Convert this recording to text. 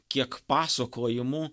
kiek pasakojimų